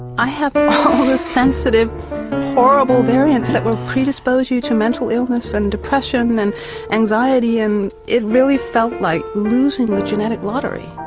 i have all the sensitive horrible variants that will predispose you to mental illness and depression and anxiety and it really felt like losing the genetic lottery.